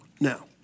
Now